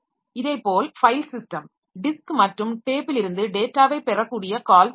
இதேபோல் file system disk மற்றும் டேப்பிலிருந்து டேட்டாவைப் பெறக்கூடிய கால்ஸ் உள்ளன